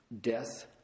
death